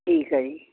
ਠੀਕ ਐ ਜੀ